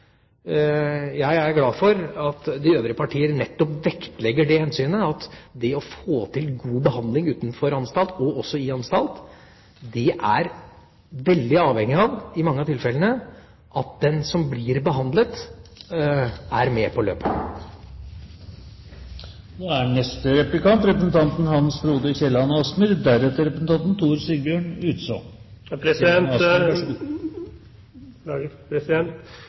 Jeg er glad for at de øvrige partier nettopp vektlegger det hensynet at det å få til god behandling utenfor anstalt – og også i anstalt – i mange av tilfellene er veldig avhengig av at den som blir behandlet, er med på